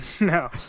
No